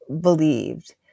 believed